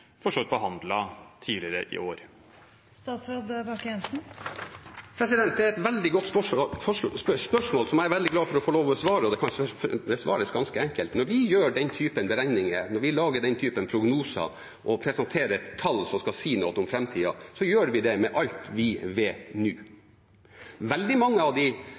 for så vidt behandlet tidligere i år? Det er et veldig godt spørsmål, som jeg er veldig glad for å få lov til å svare på, og det kan besvares ganske enkelt. Når vi gjør den typen beregninger, når vi lager den typen prognoser og presenterer tall som skal si noe om framtida, gjør vi det med alt vi vet nå. Veldig mange av de